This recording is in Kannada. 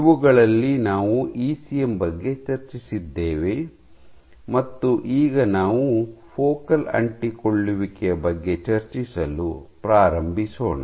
ಇವುಗಳಲ್ಲಿ ನಾವು ಇಸಿಎಂ ಬಗ್ಗೆ ಚರ್ಚಿಸಿದ್ದೇವೆ ಮತ್ತು ಈಗ ನಾವು ಫೋಕಲ್ ಅಂಟಿಕೊಳ್ಳುವಿಕೆಯ ಬಗ್ಗೆ ಚರ್ಚಿಸಲು ಪ್ರಾರಂಭಿಸೋಣ